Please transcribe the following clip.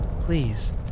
Please